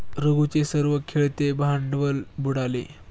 रघूचे सर्व खेळते भांडवल बुडाले